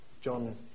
John